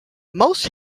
most